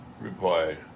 replied